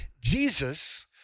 jesus